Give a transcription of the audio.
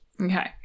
Okay